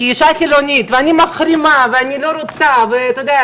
כאישה חילונית ואני מחרימה ואני לא רוצה ואתה יודע,